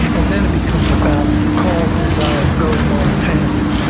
and then it becomes about call's desire to go to montana.